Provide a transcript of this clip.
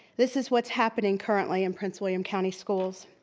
this is what's happening currently in prince william county schools.